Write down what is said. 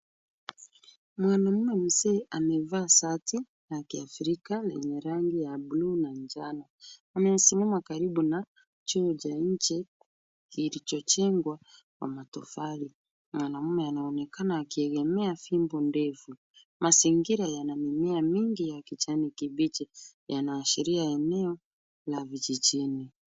Mwanaume mzee amevaa shati la kiafrika lenye rangi buluu na njano. Amesimama karibu na choo cha nje kilicho jengwa kwa matofali. Mwanaume anaonekana akiegemea fimbo ndefu. Mazingira yana mimea mingi ya kijani kibichi, yanaashiria eneo la vijijini.